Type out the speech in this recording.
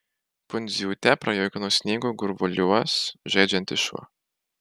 pundziūtę prajuokino sniego gurvuoliuos žaidžiantis šuo